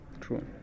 True